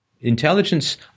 Intelligence